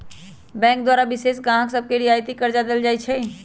bank द्वारा विशेष गाहक सभके रियायती करजा देल जाइ छइ